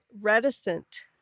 reticent